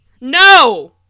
No